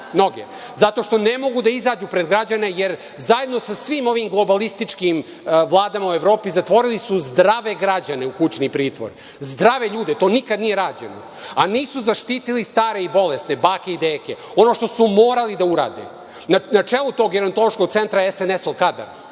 zato što ne mogu da izađu pred građane, jer zajedno sa svim ovim globalističkim vladama u Evropi zatvorili su zdrave građane u kućni pritvor, zdrave ljude, to nikad nije rađeno, a nisu zaštitili stare i bolesne bake i deke, ono što su morali da urade. Na čelu tog gerontološkog centra je SNS-ov kadar